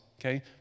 okay